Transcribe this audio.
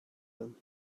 him